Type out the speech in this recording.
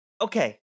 Okay